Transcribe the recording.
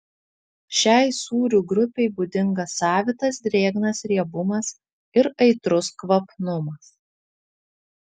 šiai sūrių grupei būdingas savitas drėgnas riebumas ir aitrus kvapnumas